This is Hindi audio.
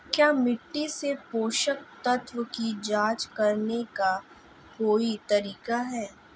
क्या मिट्टी से पोषक तत्व की जांच करने का कोई तरीका है?